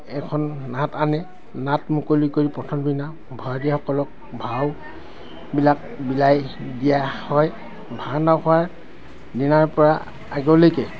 এখন নাট আনে নাট মুকলি কৰি প্ৰথম দিনা ভাৱৰীয়াসকলক ভাওবিলাক বিলাই দিয়া হয় ভাওনা কৰাৰ দিনাৰ পৰা আগলৈকে